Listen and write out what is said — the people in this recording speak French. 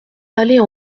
aller